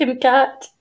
cat